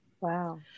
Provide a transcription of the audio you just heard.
Wow